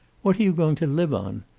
what are you going to live on?